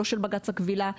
לא של בג"ץ הכבילה,